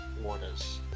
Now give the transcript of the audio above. waters